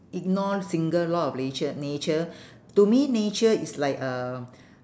ignore single law of lature nature to me nature is like uh